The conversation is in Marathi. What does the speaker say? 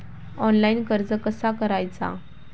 ऑनलाइन कर्ज कसा करायचा?